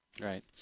Right